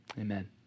Amen